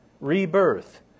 Rebirth